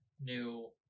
new